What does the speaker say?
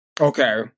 Okay